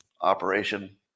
operation